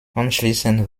anschließend